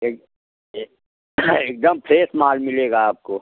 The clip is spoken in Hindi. एक एक एक दम फ्रेस माल मिलेगा आपको